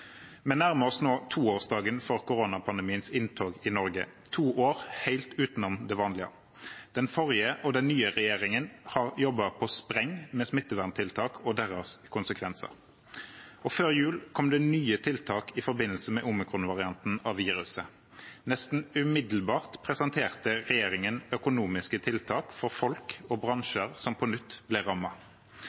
Vi nærmer oss nå toårsdagen for koronapandemiens inntog i Norge – to år helt utenom det vanlige. Den forrige og den nye regjeringen har jobbet på spreng med smitteverntiltakene og deres konsekvenser. Før jul kom det nye tiltak i forbindelse med omikronvarianten av viruset. Nesten umiddelbart presenterte regjeringen økonomiske tiltak for folk og bransjer som på nytt ble